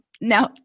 Now